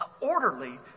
orderly